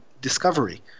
discovery